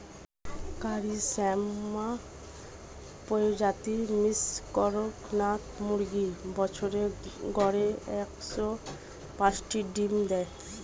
কারি শ্যামা প্রজাতির মিশ্র কড়কনাথ মুরগী বছরে গড়ে একশ পাঁচটি ডিম দেয়